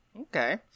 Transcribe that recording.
Okay